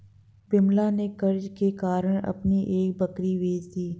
विमला ने कर्ज के कारण अपनी एक बकरी बेच दी